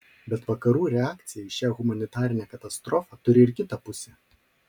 bet vakarų reakcija į šią humanitarinę katastrofą turi ir kitą pusę